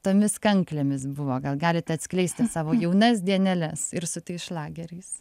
tomis kanklėmis buvo gal galite atskleisti savo jaunas dieneles ir su tais šlageriais